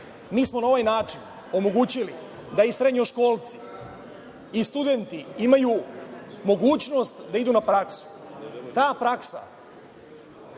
smo na ovaj način omogućili da i srednjoškolci i studenti imaju mogućnost da idu na praksu. Ta praksa